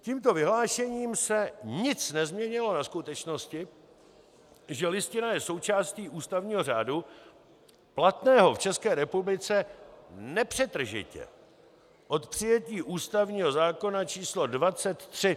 Tímto vyhlášením se nic nezměnilo na skutečnosti, že Listina je součástí ústavního řádu platného v České republice nepřetržitě od přijetí ústavního zákona číslo 23/1991 Sb.